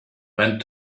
went